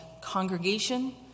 Congregation